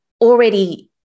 already